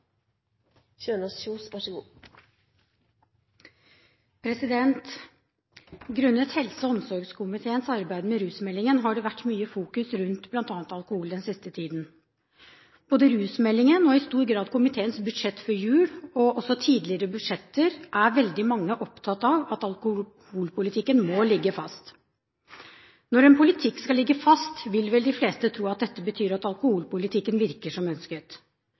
helse- og omsorgskomiteens arbeid med rusmeldingen, har det vært mye fokus rundt bl.a. alkohol den siste tiden. I rusmeldingen, i stor grad i komiteens budsjett før jul og også i tidligere budsjetter er veldig mange opptatt av at alkoholpolitikken må ligge fast. Når en politikk skal ligge fast, vil vel de fleste tro at dette betyr at alkoholpolitikken virker som ønsket.